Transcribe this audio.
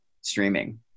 streaming